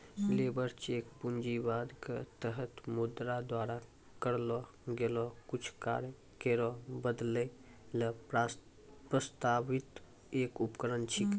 labour check पूंजीवाद क तहत मुद्रा द्वारा करलो गेलो कुछ कार्य केरो बदलै ल प्रस्तावित एक उपकरण छिकै